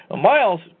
Miles